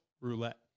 roulette